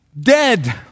Dead